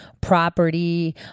property